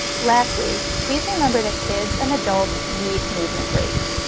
lastly, please remember that kids and adults need movement breaks.